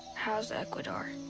how's ecuador?